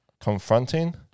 confronting